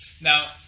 Now